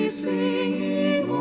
singing